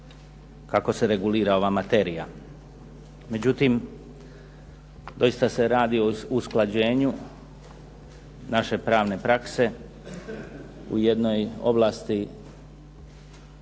kako se regulira ova materija. Međutim, doista se radi o usklađenju naše pravne prakse u jednoj ovlasti